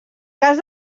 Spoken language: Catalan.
cas